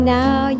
now